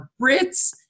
Brits